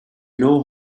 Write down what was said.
know